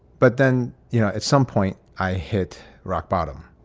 but then, you know, at some point i hit rock bottom.